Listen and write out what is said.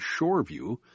Shoreview